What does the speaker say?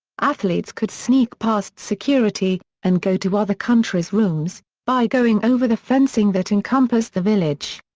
athletes could sneak past security, and go to other countries rooms, by going over the fencing that encompassed the village.